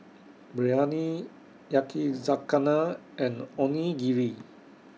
Biryani Yakizakana and Onigiri